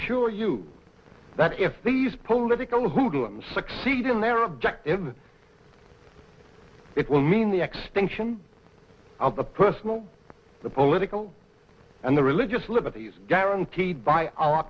assure you that if these political hoodlums succeed in their objectives it will mean the extinction of the personal the political and the religious liberties guaranteed by our